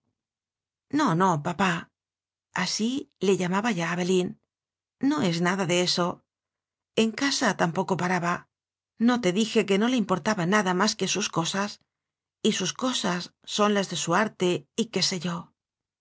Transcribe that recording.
no no papáasí le llamaba ya abelín no es nada de eso en casa tampoco paraba no te dije que no le importa nada más que sus cosas y sus cosas son las de su arte y qué sé yo